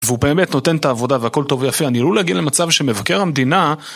והוא באמת נותן את העבודה והכל טוב ויפה, אני עלול להגיע למצב שמבקר המדינה